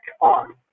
on